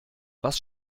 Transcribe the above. was